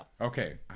Okay